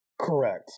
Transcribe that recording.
Correct